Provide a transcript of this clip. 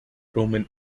roman